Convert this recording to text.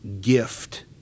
gift